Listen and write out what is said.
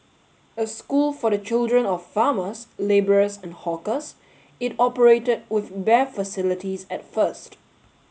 a school for the children of farmers labourers and hawkers it operated with bare facilities at first